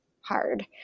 hard